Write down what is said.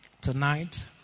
Tonight